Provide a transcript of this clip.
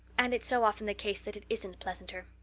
and it's so often the case that it isn't pleasanter.